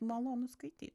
malonu skaityt